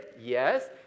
yes